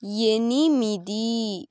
ఎనిమిది